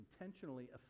intentionally